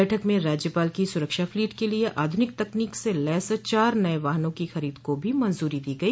बैठक में राज्यपाल की सुरक्षा फ्लीट के लिये आधुनिक तकनीक से लैस चार नये वाहनों की खरीद को भी मंजूरी दी गई